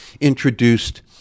introduced